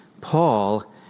Paul